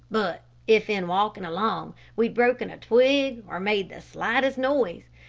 but, if in walking along, we'd broken a twig, or made the slightest noise,